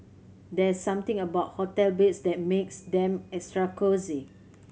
there's something about hotel beds that makes them extra cosy